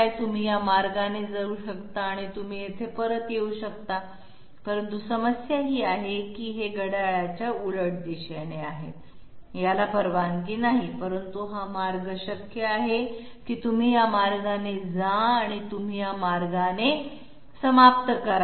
तुम्ही या मार्गाने जाऊ शकता आणि तुम्ही येथे परत येऊ शकता परंतु समस्या ही आहे की हे घड्याळाच्या उलट दिशेने आहे याला परवानगी नाही परंतु हा मार्ग शक्य आहे की तुम्ही या मार्गाने जा आणि तुमचे कार्य या मार्गावर समाप्त होईल